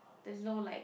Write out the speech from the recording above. there's no like